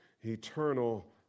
eternal